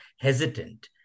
hesitant